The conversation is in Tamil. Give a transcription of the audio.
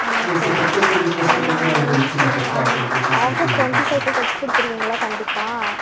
ஆ சரி ஆ நாங்கள் நெக்ஸ்ட்டு வீ ஆகஸ்ட் டொண்ட்டி ஃபைக்குள்ளே தைச்சி கொடுத்துடுவீங்கள கண்டிப்பாக